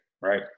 right